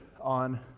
on